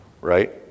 right